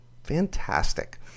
Fantastic